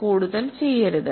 കൂടുതൽ ചെയ്യരുത്